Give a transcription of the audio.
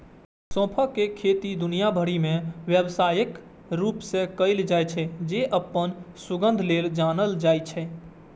सौंंफक खेती दुनिया भरि मे व्यावसायिक रूप सं कैल जाइ छै, जे अपन सुगंध लेल जानल जाइ छै